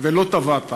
ולא טבעת.